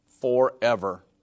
forever